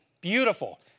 Beautiful